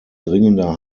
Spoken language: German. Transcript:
dringender